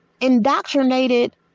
indoctrinated